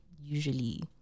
usually